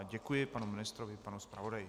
Děkuji panu ministrovi, panu zpravodajovi.